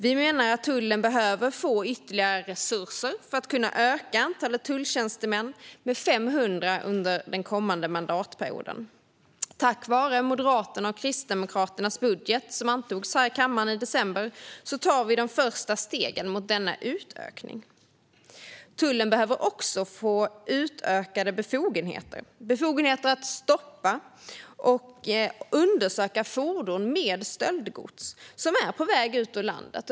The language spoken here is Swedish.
Vi menar att tullen behöver få ytterligare resurser för att kunna öka antalet tulltjänstemän med 500 under den kommande mandatperioden. Tack vare Moderaternas och Kristdemokraternas budget som antogs här i kammaren i december tar vi de första stegen mot denna utökning. Tullen behöver också få utökade befogenheter att stoppa och undersöka fordon med stöldgods som är på väg ut ur landet.